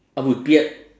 uh with beard